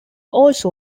also